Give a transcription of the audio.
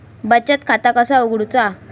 बचत खाता कसा उघडूचा?